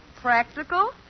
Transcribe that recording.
Practical